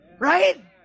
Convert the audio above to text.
Right